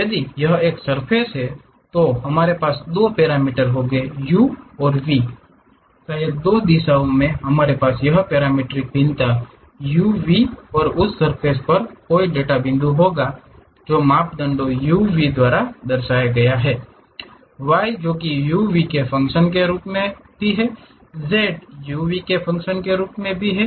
यदि यह एक सर्फ़ेस है तो हमारे पास दो पैरामीटर Uऔर V होंगे शायद दो दिशाओं में हमारे पास यह पैरामीट्रिक भिन्नता U V और उस सर्फ़ेस पर कोई डेटा बिंदु होगा जो दो मापदंडों U V द्वारा दर्शाया गया है yजो कि u v के फंकशन के रूप में भी है z u v के फंकशन के रूप में भी है